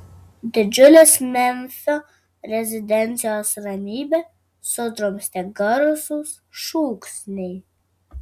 didžiulės memfio rezidencijos ramybę sudrumstė garsūs šūksniai